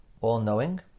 all-knowing